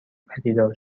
پدیدار